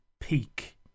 peak